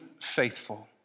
faithful